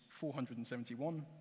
471